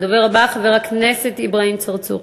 הדובר הבא, חבר הכנסת אברהים צרצור,